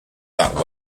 that